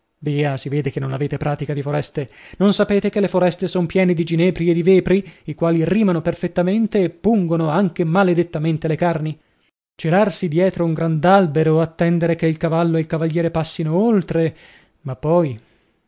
via si vede che non avete pratica di foreste non sapete che le foreste son piene di ginepri e di vepri i quali rimano perfettamente e pungono anche maledettamente le carni celarsi dietro un grand'albero attendere che il cavallo e il cavaliere passino oltre ma poi